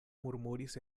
murmuris